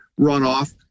runoff